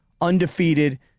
undefeated